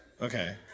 Okay